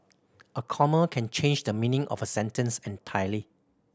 a comma can change the meaning of a sentence entirely